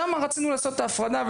שם רצינו לעשות את ההפרדה.